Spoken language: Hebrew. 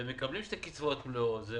ומקבלים שתי קצבאות מלאות.